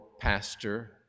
pastor